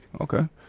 Okay